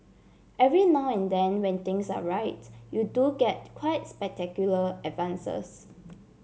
every now and then when things are right you do get quite spectacular advances